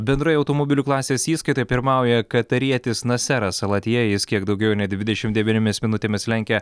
bendroje automobilių klasės įskaitoje pirmauja katarietis naseras alatija jis kiek daugiau nei dvidešim devyniomis minutėmis lenkia